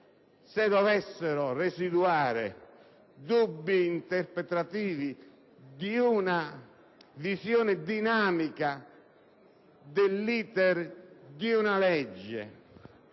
se dovessero residuare dubbi interpretativi di una visione dinamica e anche concreta